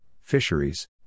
fisheries